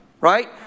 right